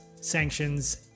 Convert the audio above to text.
sanctions